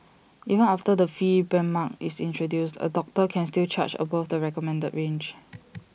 even after the fee benchmark is introduced A doctor can still charge above the recommended range